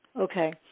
Okay